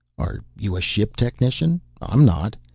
are you a ship technician? i'm not.